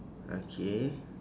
okay